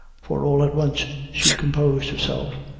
for all at once she composed herself,